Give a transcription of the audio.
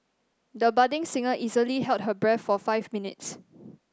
the budding singer easily held her breath for five minutes